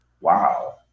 wow